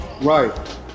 Right